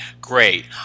Great